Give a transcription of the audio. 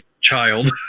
child